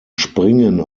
springen